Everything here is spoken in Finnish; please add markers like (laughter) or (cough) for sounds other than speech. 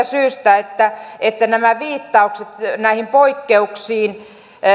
(unintelligible) syystä että että nämä viittaukset näihin poikkeuksiin